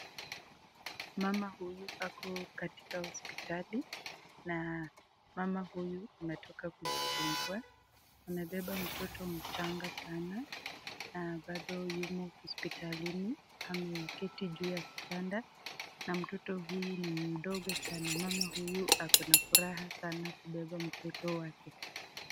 Mama huyu ako katika hospitali na mama huyu ametoka kujifungua, amebeba mtoto mchanga sana na bado yumo hospitalini, ameketi juu ya kitanda na mtoto huyu ni mdogo sana. Mama huyu akona furaha sana kubeba mtoto wake.